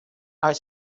are